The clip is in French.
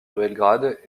belgrade